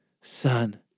son